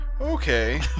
Okay